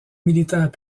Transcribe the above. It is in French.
militaires